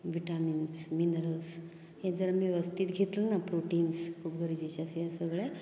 vitamins minerals हे जर आमी वेवस्थीत घेतलां प्रोटिन्स खूब गरजेचे हे सगळें